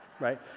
right